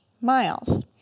miles